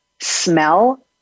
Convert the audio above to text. smell